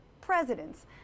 Presidents